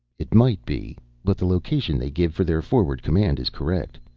it might be. but the location they give for their forward command is correct.